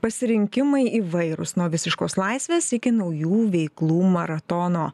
pasirinkimai įvairūs nuo visiškos laisvės iki naujų veiklų maratono